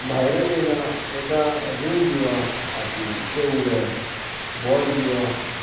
भायरच येना ताका रिंग दिवप हातीन ते उडय बॉल दिवप